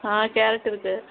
ஆ carrot இருக்குது